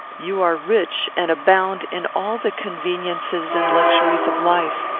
you are rich, and abound in all the conveniences and luxuries of life.